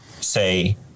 say